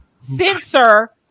censor